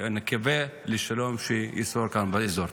ונקווה לשלום שישרור כאן באזור.